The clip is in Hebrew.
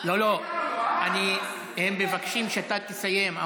לא, הם מבקשים שאתה תסיים.